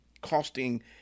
costing